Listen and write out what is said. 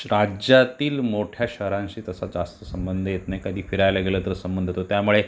राज्यातील मोठ्या शहरांशी तसा जास्त संबंध येत नाही कधी फिरायला गेलो तर संबंध येतो त्यामुळे